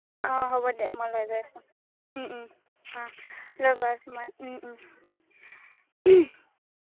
অঁ হ'ব দে মই লৈ গৈ আছোঁ অঁ লৈ গৈ আছোঁ মই